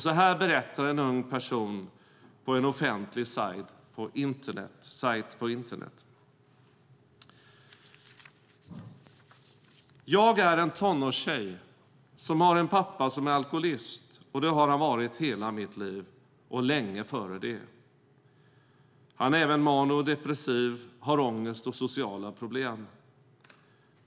Så här berättar en ung person på en offentlig sajt på internet: "Jag är en tonårstjej som har en pappa som är alkoholist och det har han varit hela mitt liv och länge före det. Han är även maniskdeppressiv, har ångest och sociala problem.